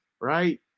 right